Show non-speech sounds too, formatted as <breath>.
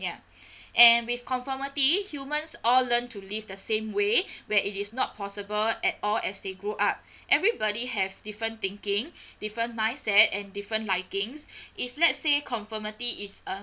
ya <breath> and with conformity humans all learn to live the same way <breath> where it is not possible at all as they grow up <breath> everybody have different thinking <breath> different mindset and different likings <breath> if let's say conformity is uh